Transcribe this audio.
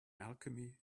alchemy